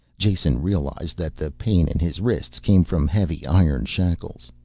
jason realized that the pain in his wrists came from heavy iron shackles.